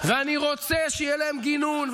ואני רוצה שיהיה להם גינון,